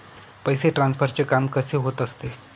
पैसे ट्रान्सफरचे काम कसे होत असते?